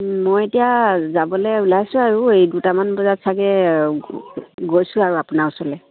মই এতিয়া যাবলৈ ওলাইছোঁ আৰু এই দুটামান বজাত চাগে গৈছোঁ আৰু আপোনাৰ ওচৰলৈ